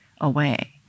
away